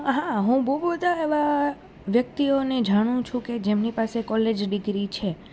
હા હું બહુ બધાં એવાં વ્યક્તિઓને જાણું છું કે જેમની પાસે કોલેજ ડિગ્રી છે